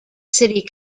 city